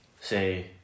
say